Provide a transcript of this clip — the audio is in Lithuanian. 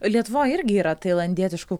lietuvoj irgi yra tailandietiškų